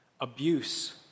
abuse